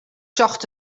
zocht